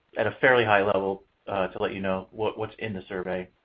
at a fairly high level to let you know what's in the survey.